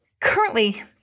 Currently